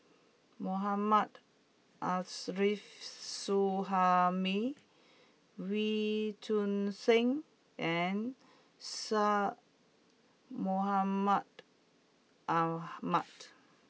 Mohammad Arif Suhaimi Wee Choon Seng and Syed Mohamed Ahmed